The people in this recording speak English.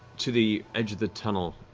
to the edge of the tunnel,